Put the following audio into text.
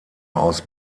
aus